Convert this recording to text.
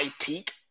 peak